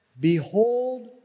Behold